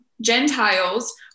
Gentiles